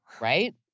Right